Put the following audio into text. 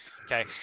Okay